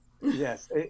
Yes